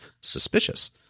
suspicious